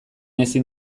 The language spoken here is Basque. ezin